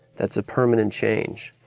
that's a permanent change.